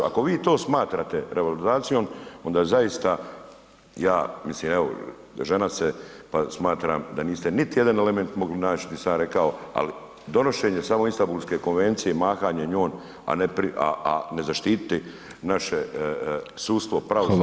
Ako vi to smatrate revalorizacijom onda zaista ja mislim, evo žena ste pa smatram da niste niti jedan element mogli naći gdje sam ja rekao, ali donošenje samo Istambulske konvencije, mahanje njom, a ne zaštititi naše sudstvo, pravosuđe